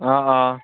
অঁ অঁ